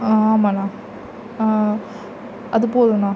ஆ ஆமாண்ணா அது போதும்ணா